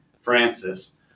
Francis